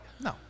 No